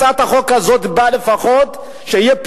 הצעת החוק הזאת באה כדי שיהיה לפחות פיקוח